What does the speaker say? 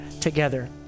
together